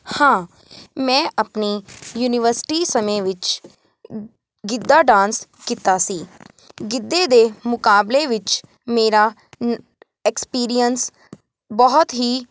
ਹਾਂ ਮੈਂ ਆਪਣੀ ਯੂਨੀਵਰਸਿਟੀ ਸਮੇਂ ਵਿੱਚ ਗਿੱਧਾ ਡਾਂਸ ਕੀਤਾ ਸੀ ਗਿੱਧੇ ਦੇ ਮੁਕਾਬਲੇ ਵਿੱਚ ਮੇਰਾ ਐਕਸਪੀਰੀਅਂਸ ਬਹੁਤ ਹੀ